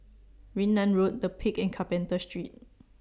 Yunnan Road The Peak and Carpenter Street